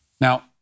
Now